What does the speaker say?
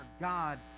God